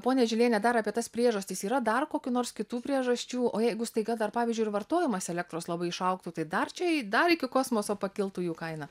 ponia žiliene dar apie tas priežastis yra dar kokių nors kitų priežasčių o jeigu staiga dar pavyzdžiui ir vartojimas elektros labai išaugtų tai dar čia i dar iki kosmoso pakiltų jau kaina